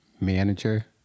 manager